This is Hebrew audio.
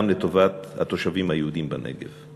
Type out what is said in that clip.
וגם לטובת התושבים היהודים בנגב.